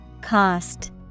Cost